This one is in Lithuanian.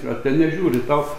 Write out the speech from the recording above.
ar ten nežiūri tau